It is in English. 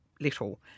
little